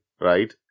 right